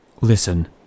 Listen